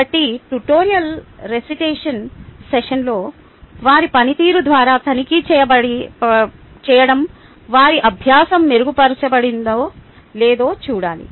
కాబట్టి tutorial recitation సెషన్లలో వారి పనితీరు ద్వారా తనిఖీ చేయడం వారి అభ్యాసం మెరుగుపడిందో లేదో చూడాలి